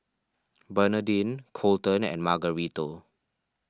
Bernardine Coleton and Margarito